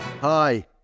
Hi